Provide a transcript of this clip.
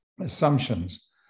Assumptions